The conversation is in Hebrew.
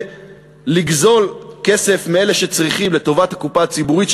לגזול כסף מאלה שצריכים לטובת הקופה הציבורית,